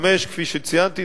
5. כפי שציינתי,